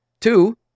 Two